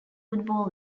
football